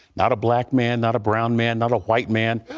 not a black man, not a browned man, not a white man,